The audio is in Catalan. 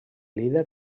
líder